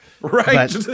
right